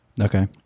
okay